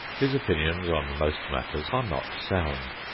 his opinions on most matters are not sound.